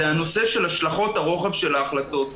היא נושא השלכות הרוחב של ההחלטות.